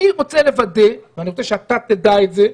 אני רוצה לוודא ואני רוצה שתדע את זה,